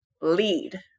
lead